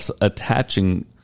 attaching